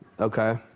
Okay